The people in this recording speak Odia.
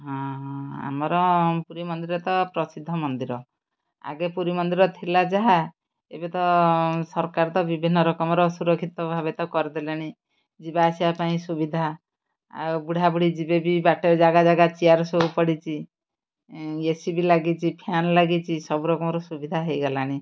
ହଁ ହଁ ଆମର ପୁରୀ ମନ୍ଦିର ତ ପ୍ରସିଦ୍ଧ ମନ୍ଦିର ଆଗେ ପୁରୀ ମନ୍ଦିର ଥିଲା ଯାହା ଏବେ ତ ସରକାର ତ ବିଭିନ୍ନ ରକମର ସୁରକ୍ଷିତ ଭାବେ ତ କରିଦେଲେଣି ଯିବା ଆସିବା ପାଇଁ ସୁବିଧା ଆଉ ବୁଢ଼ାବୁଢ଼ୀ ଯିବେ ବି ବାଟରେ ଜାଗା ଜାଗା ଚେୟାର୍ ସବୁ ପଡ଼ିଛି ଏ ସି ବି ଲାଗିଛି ଫ୍ୟାନ୍ ଲାଗିଛି ସବୁ ରକମର ସୁବିଧା ହେଇଗଲାଣି